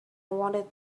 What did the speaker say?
wanted